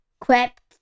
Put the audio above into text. crept